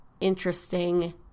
interesting